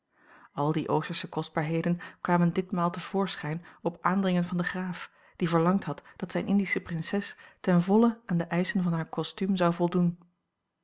al die oostersche kostbaarheden kwamen ditmaal te voorschijn op aandringen van den graaf die verlangd had dat zijne indische prinses ten volle aan de eischen van haar kostuum zou voldoen